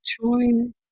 join